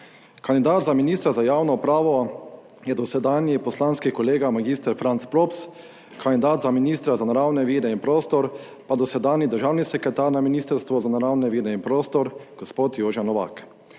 Kandidat za ministra za javno upravo je dosedanji poslanski kolega mag. Franc Props, kandidat za ministra za naravne vire in prostor pa dosedanji državni sekretar na Ministrstvu za naravne vire in prostor gospod Jože Novak.